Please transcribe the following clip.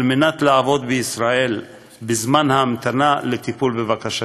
כדי לעבוד בישראל בזמן ההמתנה לטיפול בבקשתם.